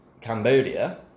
Cambodia